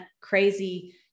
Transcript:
crazy